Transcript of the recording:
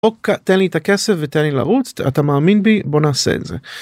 תן לי את הכסף ותן לי לרוץ אתה מאמין בי בוא נעשה את זה.